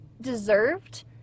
deserved